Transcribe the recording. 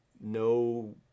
no